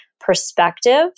perspective